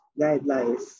guidelines